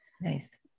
Nice